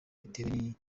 bitewe